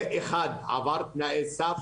אחד עבר תנאי סף